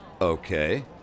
Okay